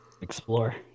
explore